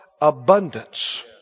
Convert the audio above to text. abundance